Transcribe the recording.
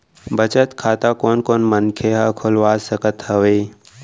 बचत खाता कोन कोन मनखे ह खोलवा सकत हवे?